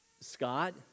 Scott